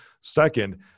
Second